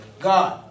God